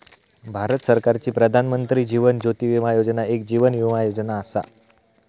भारत सरकारची प्रधानमंत्री जीवन ज्योती विमा योजना एक जीवन विमा योजना असा